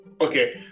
okay